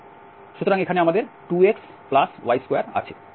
সুতরাং এখানে আমাদের 2xy2 আছে